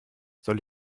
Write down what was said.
soll